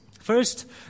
First